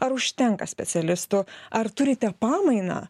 ar užtenka specialistų ar turite pamainą